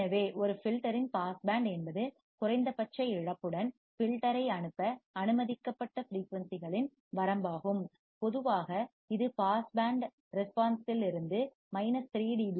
எனவே ஒரு ஃபில்டர் இன் பாஸ் பேண்ட் என்பது குறைந்த பட்ச இழப்புடன் ஃபில்டர் ஐ அனுப்ப அனுமதிக்கப்பட்ட ஃபிரீயூன்சிகளின் வரம்பாகும் பொதுவாக இது பாஸ் பேண்ட் ரெஸ்பான்ஸ்லில் இருந்து 3 டி